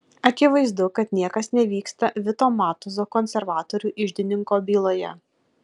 akivaizdu kad niekas nevyksta vito matuzo konservatorių iždininko byloje